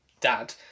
dad